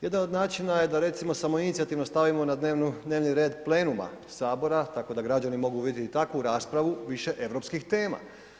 Jedan od načina je recimo da samoinicijativno stavimo na dnevni red plenum sabora, tako da građani mogu vidjeti i takvu raspravu, više europskih tema.